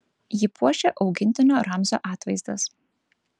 jį puošia augintinio ramzio atvaizdas